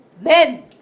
Men